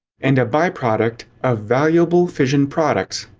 and a byproduct of valuable fission products.